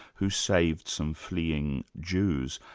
who saved some fleeing jews,